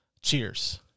cheers